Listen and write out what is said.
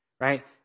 right